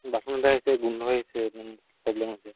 bathroom হৈছে গোন্ধ আহিছে প্ৰব্লেম হৈছে